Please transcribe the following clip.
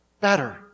better